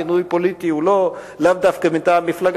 מינוי פוליטי הוא לאו דווקא מטעם מפלגה